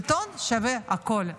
שלטון שווה הכול.